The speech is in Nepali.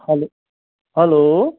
hello hello